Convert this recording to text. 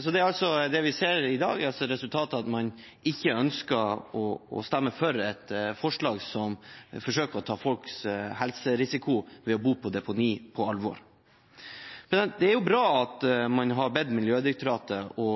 Så det vi ser i dag, er altså et resultat av at man ikke ønsket å stemme for et forslag som forsøker å ta folks helserisiko ved å bo på deponi på alvor. Det er bra at man har bedt Miljødirektoratet om å